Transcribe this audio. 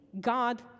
God